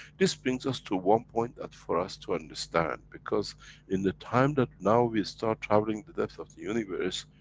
this brings us to one point, that for us to understand. because in the time, that now we start traveling the depth of the universe,